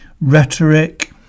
rhetoric